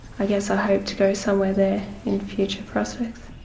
i guess i hope to go somewhere there in future prospects.